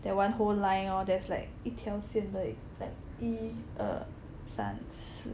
that one whole line orh that's like 一条线 like 一二三四